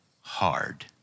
hard